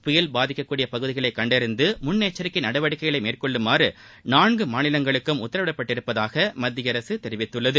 புயல் பாதிக்கக் கூடிய பகுதிகளை கண்டறிந்து முன்னெச்சரிக்கை நடவடிக்கைகளை மேற்கொள்ளுமாறு நான்கு மாநிலங்களுக்கும் உத்தரவிடப்பட்டுள்ளதாக மத்திய அரசு தெரிவித்துள்ளது